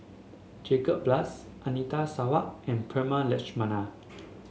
Jacob Ballas Anita Sarawak and Prema Letchumanan